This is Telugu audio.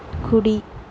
కుడి